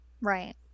Right